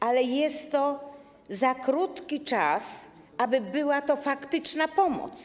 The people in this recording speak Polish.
Ale jest to za krótki czas, aby była to faktyczna pomoc.